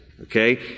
Okay